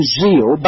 zeal